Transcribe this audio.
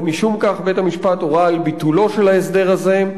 ומשום כך בית-המשפט הורה על ביטול ההסדר הזה,